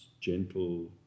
gentle